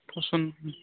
पसन्द